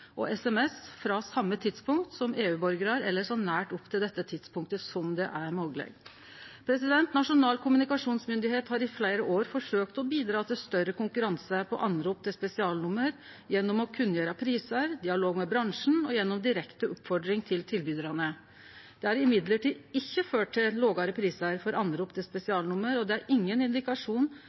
og SMS frå same tidspunkt som EU-borgarar eller så nært opp til dette tidspunktet som mogleg. Nasjonal kommunikasjonsmyndighet har i fleire år forsøkt å bidra til større konkurranse på oppringing til spesialnummer gjennom å kunngjere prisar, dialog med bransjen og direkte oppmoding til tilbydarane. Det har likevel ikkje ført til lågare prisar for oppringing til spesialnummer, og det er ingen